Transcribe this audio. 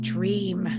Dream